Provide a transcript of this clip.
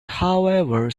however